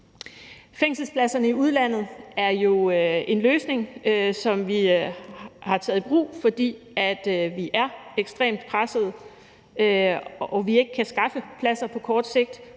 Fængselspladserne i udlandet er jo en løsning, som vi har taget i brug, fordi vi er ekstremt presset og vi ikke kan skaffe pladser på kort sigt.